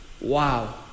Wow